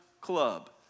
club